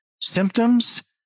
Symptoms